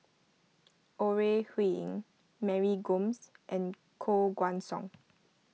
Ore Huiying Mary Gomes and Koh Guan Song